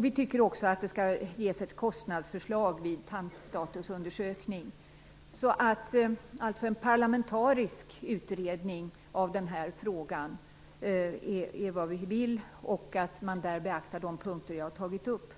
Vi tycker också att ett kostnadsförslag skall ges vid tandstatusundersökning. Folkpartiet vill alltså ha en parlamentarisk utredning av denna fråga som beaktar de punkter jag har tagit upp.